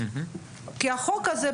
החוק הזה,